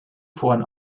foren